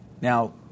Now